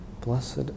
Blessed